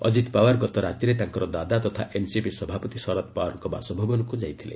ଅଜିତ ପାୱାର ଗତ ରାତିରେ ତାଙ୍କର ଦାଦା ତଥା ଏନ୍ସିପି ସଭାପପତି ଶରଦ ପାୱାରଙ୍କ ବାସଭବନକୁ ଯାଇଥିଲେ